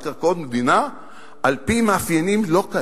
על קרקעות מדינה על-פי מאפיינים לא כאלה.